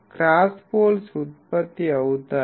cross పోల్స్ ఉత్పత్తి అవుతాయి